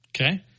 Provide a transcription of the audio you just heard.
Okay